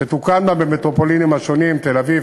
שתוקמנה במטרופולינים השונות: תל-אביב,